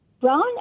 brown